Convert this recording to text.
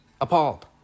Appalled